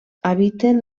habiten